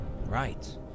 Right